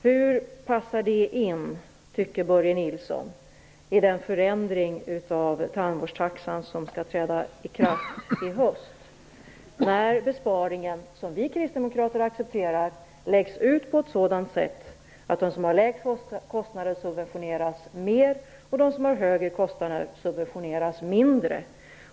Hur tycker Börje Nilsson att det passar in i den förändring av tandvårdtaxan som skall träda i kraft i höst? Då läggs besparingen, som vi kristdemokrater accepterar, ut på ett sådant sätt att de som har lägst kostnader subventioneras mer och de som har högre kostnader subventioneras mindre.